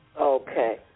Okay